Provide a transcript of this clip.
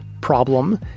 problem